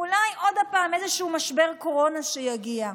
אולי עוד פעם איזשהו משבר קורונה שיגיע,